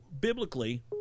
Biblically